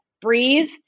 breathe